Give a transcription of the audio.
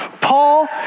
Paul